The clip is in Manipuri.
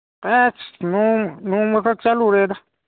ꯑꯩꯁ ꯅꯣꯡꯃꯈꯛ ꯆꯠꯂꯨꯔꯦꯗ